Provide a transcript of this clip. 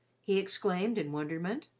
he exclaimed, in wonderment.